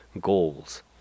goals